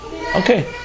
Okay